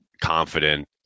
confident